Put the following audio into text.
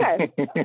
Okay